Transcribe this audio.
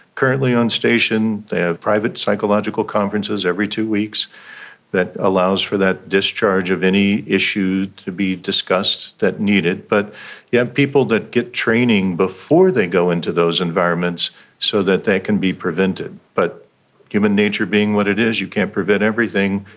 currently on station they have private psychological psychological conferences every two weeks that allows for that discharge of any issue to be discussed that need it. but you have people they get training before they go into those environments so that they can be prevented. but human nature being what it is, you can't prevent everything,